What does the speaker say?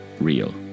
real